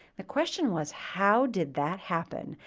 the question was how did that happen.